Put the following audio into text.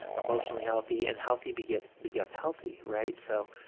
emotionally healthy, and healthy begets begets healthy, right? so,